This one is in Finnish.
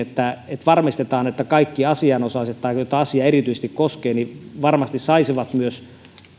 varmistaa että myös kaikki asianosaiset tai he joita asia erityisesti koskee varmasti saisivat